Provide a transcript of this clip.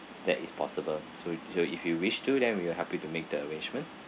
that is possible so you so if you wish to then we will help you to make the arrangement